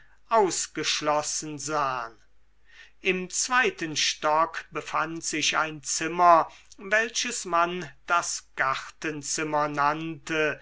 ausgeschlossen sahen im zweiten stock befand sich ein zimmer welches man das gartenzimmer nannte